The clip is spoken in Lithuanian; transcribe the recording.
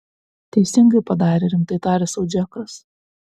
teisingai padarė rimtai tarė sau džekas